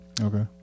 Okay